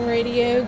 Radio